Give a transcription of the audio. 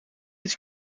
iets